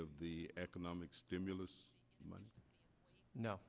of the economic stimulus money no